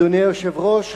אדוני היושב-ראש,